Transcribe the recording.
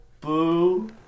Boo